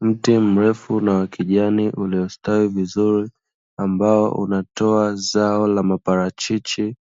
Mti mrefu na wa kijani unastawi vizuri ambao unatoa zao la maparachichi,